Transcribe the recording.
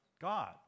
God